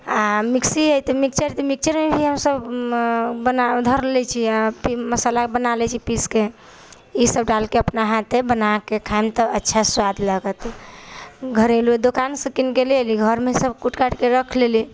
आ मिक्सी हइ तऽ मिक्स्चर मिक्स्चरमे भी हमसब बना धरि लै छियै फिर मसाला बना लय छियै पीसके ई सबटा डालके अपना हाथे बनाके खायम तऽ अच्छा स्वाद लागत घरेलू दुकान से कीनके ले अयली घरमे सब कूट काटिके रख लेली